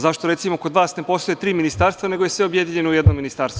Zašto, recimo, kod vas ne postoje tri ministarstva nego je sve objedinjeno u jednom ministarstvo?